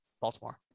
baltimore